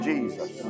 Jesus